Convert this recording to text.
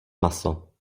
maso